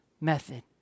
method